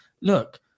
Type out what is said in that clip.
look